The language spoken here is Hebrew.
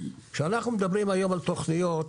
כשאנחנו מדברים היום על תוכניות,